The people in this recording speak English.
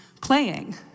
playing